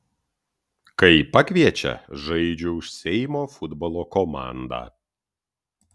kai pakviečia žaidžiu už seimo futbolo komandą